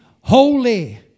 holy